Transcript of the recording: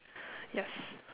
yes